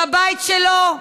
שהבית שלו ייהרס,